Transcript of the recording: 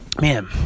man